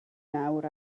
nawr